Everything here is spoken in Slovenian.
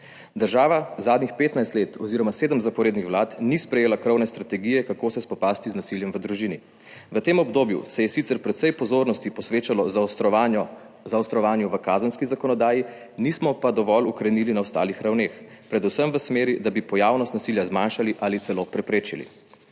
Država zadnjih 15 let oziroma sedem zaporednih vlad ni sprejela krovne strategije, kako se spopasti z nasiljem v družini. V tem obdobju se je sicer precej pozornosti posvečalo zaostrovanju v kazenski zakonodaji, nismo pa dovolj ukrenili na ostalih ravneh, predvsem v smeri, da bi pojavnost nasilja zmanjšali ali celo preprečili.